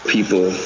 People